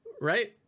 right